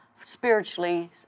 spiritually